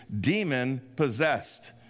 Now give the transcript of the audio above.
demon-possessed